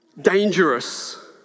dangerous